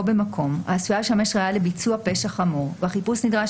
במקום העשויה לשמש ראיה לביצוע פשע חמור והחיפוש נדרש